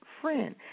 friend